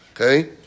okay